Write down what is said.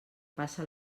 passa